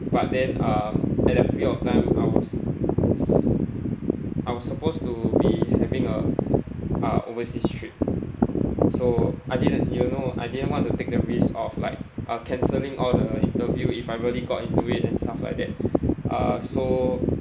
but then uh at that period of time I was was I was supposed to be having a uh overseas trip so I didn't you know I didn't want to take the risk of like uh cancelling all the interview if I really got into it and stuff like that uh so